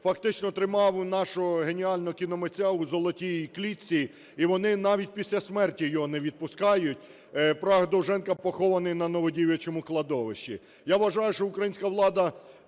фактично тримав нашого геніального кіномитця у золотій клітці. І вони навіть після смерті його не відпускають: прах Довженка похований на Новодівичому кладовищі. Я вважаю, що українська влада